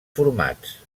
formats